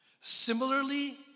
Similarly